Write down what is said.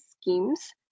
schemes